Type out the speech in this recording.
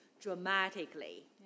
dramatically